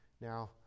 Now